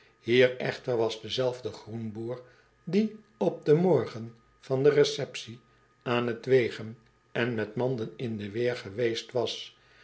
hier echter was dezelfde groenboer die op den morgen van de receptie aan t wegen en met manden in de weer geweest was